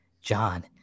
John